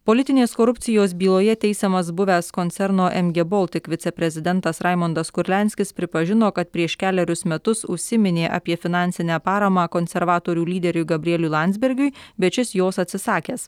politinės korupcijos byloje teisiamas buvęs koncerno mg baltic viceprezidentas raimundas kurlianskis pripažino kad prieš kelerius metus užsiminė apie finansinę paramą konservatorių lyderiui gabrieliui landsbergiui bet šis jos atsisakęs